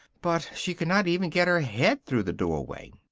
but she could not even get her head through the doorway,